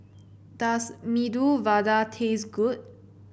does Medu Vada taste good